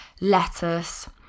lettuce